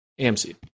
AMC